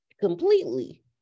Completely